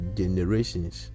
generations